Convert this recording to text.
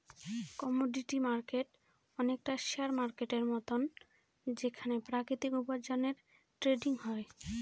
commodity market অনেকটা share মার্কেটের মতন যেখানে প্রাকৃতিক উপার্জনের ট্রেডিং হয়